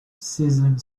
sizzling